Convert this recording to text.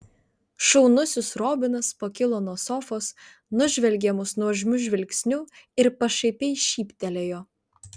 šaunusis robinas pakilo nuo sofos nužvelgė mus nuožmiu žvilgsniu ir pašaipiai šyptelėjo